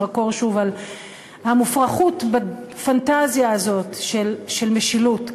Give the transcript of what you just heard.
זרקור על המופרכות בפנטזיה הזאת של משילות,